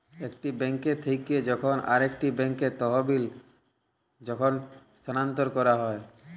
একটি বেঙ্ক থেক্যে যখন আরেকটি ব্যাঙ্কে তহবিল যখল স্থানান্তর ক্যরা হ্যয়